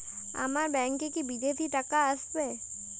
আমার ব্যংকে কি বিদেশি টাকা আসবে?